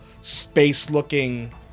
space-looking